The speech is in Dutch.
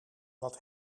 wat